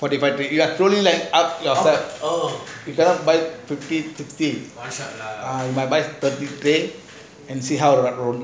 just buy toothpick toothpick ah you must buy paint and see how it run